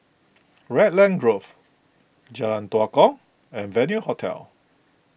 Raglan Grove Jalan Tua Kong and Venue Hotel